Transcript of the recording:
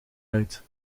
uit